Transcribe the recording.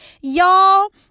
Y'all